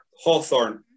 Hawthorne